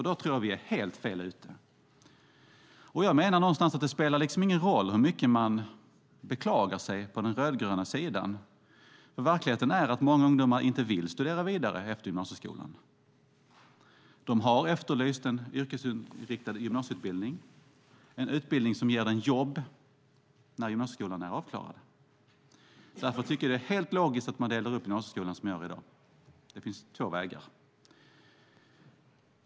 Då är vi helt fel ute. Jag menar att det spelar ingen roll hur mycket man beklagar sig på den rödgröna sidan. Verkligheten är att många ungdomar inte vill studera vidare efter gymnasieskolan. De har efterlyst en yrkesinriktad gymnasieutbildning, en utbildning som ger dem jobb när gymnasieskolan är avklarad. Därför är det helt logiskt att man delar upp gymnasieskolan som i dag, det vill säga att det finns två vägar.